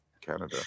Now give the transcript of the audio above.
Canada